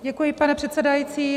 Děkuji, pane předsedající.